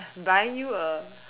buying you a